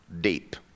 deep